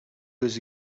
was